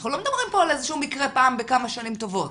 אנחנו לא מדברים פה על איזשהו מקרה פעם בכמה שנים טובות.